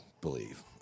believe